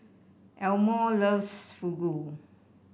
Elmore loves Fugu